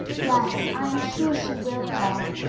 yes, i am sure she will, paul.